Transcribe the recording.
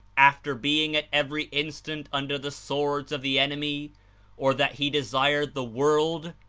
after being at every instant under the swords of the enemy or that he desired the world,